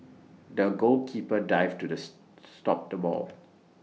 the goalkeeper dived to stop the ball